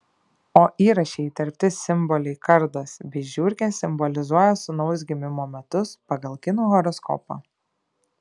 o įraše įterpti simboliai kardas bei žiurkė simbolizuoja sūnaus gimimo metus pagal kinų horoskopą